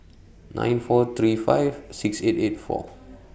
nine four three five six eight eight four